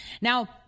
Now